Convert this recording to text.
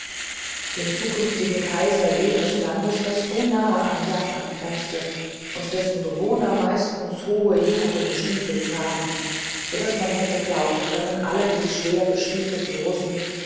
den zukünftigen kaiser jenes landes das so nah an japan grenzte und dessen bewohner meistens hohe juchtene stiefel tragen so daß man hätte glauben können alle die schwerbestiefelten russen